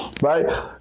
right